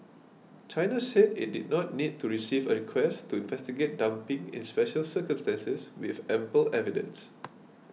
China said it did not need to receive a request to investigate dumping in special circumstances with ample evidence